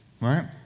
right